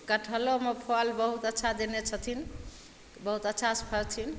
कठहलोमे फल बहुत अच्छा देने छथिन बहुत अच्छा सऽ फरथिन